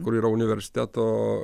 kur yra universiteto